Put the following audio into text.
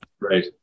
right